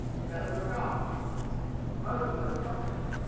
he never took up most of those topics.